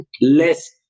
less